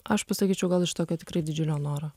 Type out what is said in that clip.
aš pasakyčiau gal iš tokio tikrai didžiulio noro